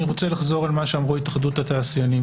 אני רוצה לחזור על מה שאמרו התאחדות התעשיינים.